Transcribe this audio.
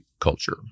culture